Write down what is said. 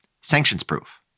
sanctions-proof